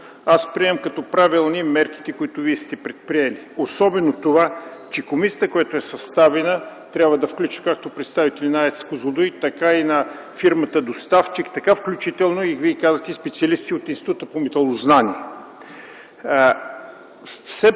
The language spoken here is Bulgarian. аз приемам като правилни мерките, които Вие сте предприели, особено това, че комисията, която е съставена, трябва да включва както представители на АЕЦ „Козлодуй”, така и на фирмата доставчик, включително, Вие казахте, специалисти от Института по металознание. Все